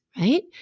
right